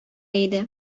иде